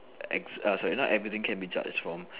ex err sorry not everything can be judged from